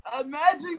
imagine